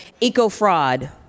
eco-fraud